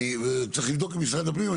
וצריך לבדוק עם משרד הפנים,